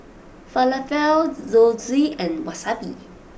Falafel Zosui and Wasabi